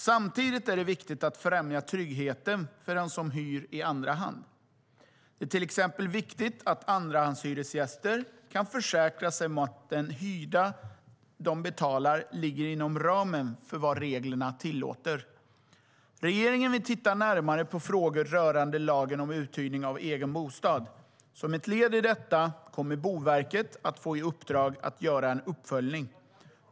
Samtidigt är det viktigt att främja tryggheten för den som hyr i andra hand. Det är till exempel viktigt att andrahandshyresgäster kan försäkra sig om att den hyra de betalar ligger inom ramen för vad reglerna tillåter. Regeringen vill titta närmare på frågor rörande lagen om uthyrning av egen bostad. Som ett led i detta kommer Boverket att få i uppdrag att göra en uppföljning.